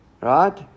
right